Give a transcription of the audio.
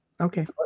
Okay